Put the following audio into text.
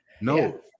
No